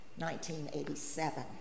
1987